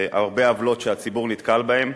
להרבה עוולות שהציבור נתקל בהם.